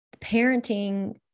parenting